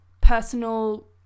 personal